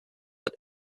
that